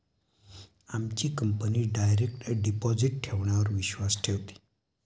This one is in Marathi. आमची कंपनी डायरेक्ट डिपॉजिट ठेवण्यावर विश्वास ठेवते